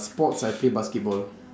sports I play basketball